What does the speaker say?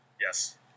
Yes